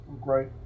great